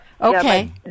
Okay